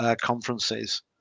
conferences